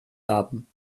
haben